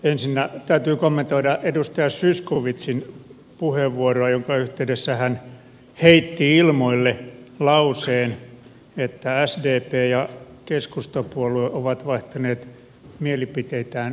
ensinnä täytyy kommentoida edustaja zyskowiczin puheenvuoroa jonka yhteydessä hän heitti ilmoille lauseen että sdp ja keskustapuolue ovat vaihtaneet mielipiteitään päittäin